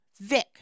Vic